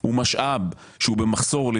הוא משאב שהוא במחסור,